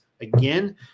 Again